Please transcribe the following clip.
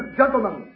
gentlemen